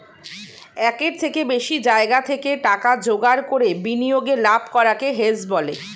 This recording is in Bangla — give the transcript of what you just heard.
একের থেকে বেশি জায়গা থেকে টাকা জোগাড় করে বিনিয়োগে লাভ করাকে হেজ বলে